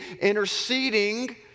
interceding